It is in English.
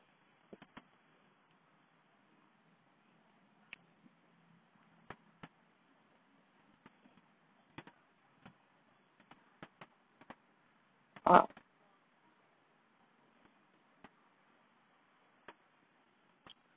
ah